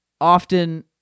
often